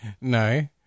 No